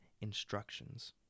instructions